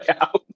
out